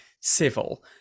civil